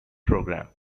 program